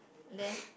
leh